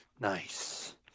Nice